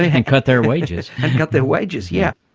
and cut their wages. and cut their wages. yes.